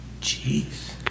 Jeez